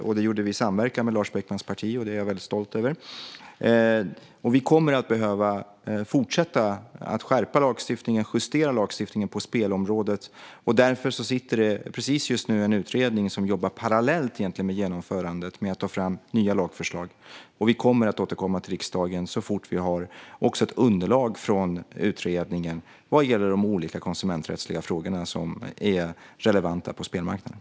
Detta gjorde vi i samverkan med Lars Beckmans parti, vilket jag är väldigt stolt över. Vi kommer att behöva fortsätta att justera och skärpa lagstiftningen på spelområdet. Därför jobbar just nu en utredning egentligen parallellt med genomförandet med att ta fram nya lagförslag. Vi kommer att återkomma till riksdagen så snart vi har ett underlag från utredningen vad gäller de olika konsumenträttsliga frågor som är relevanta på spelmarknaden.